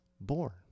born